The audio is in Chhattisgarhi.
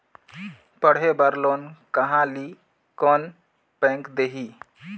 पढ़े बर लोन कहा ली? कोन बैंक देही?